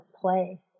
play